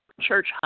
church